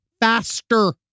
faster